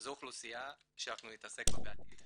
זו אוכלוסייה שאנחנו נתעסק בה בעתיד,